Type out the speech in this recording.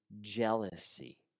jealousy